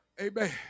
amen